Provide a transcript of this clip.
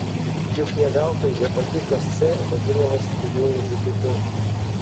juk ne veltui hepatitas c vadinamas tyliuoju žudiku